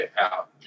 out